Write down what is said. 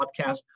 podcast